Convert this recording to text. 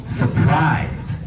surprised